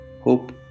hope